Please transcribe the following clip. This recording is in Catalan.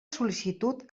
sol·licitud